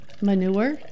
Manure